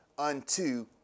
unto